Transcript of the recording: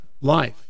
life